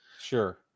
Sure